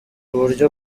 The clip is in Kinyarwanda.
uburyo